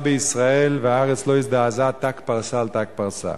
בישראל והארץ לא הזדעזעה ת"ק פרסה על ת"ק פרסה.